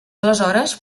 aleshores